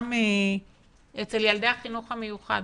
גם אצל ילדי החינוך המיוחד,